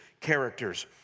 characters